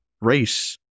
race